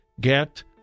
get